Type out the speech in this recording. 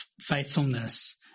faithfulness